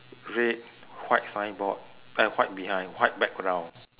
red white signboard uh white behind white background